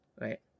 right